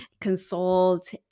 consult